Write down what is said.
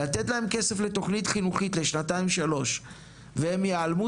לתת להם כסף לתכנית חינוכית לשנתיים שלוש והם ייעלמו,